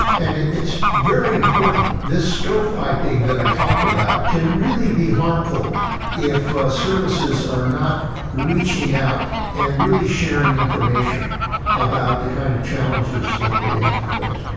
and it's very important this stove piping that i talked about, can really be harmful if services are not reaching out, and really sharing information about the kind of challenges that they have to face.